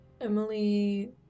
Emily